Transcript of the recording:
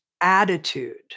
attitude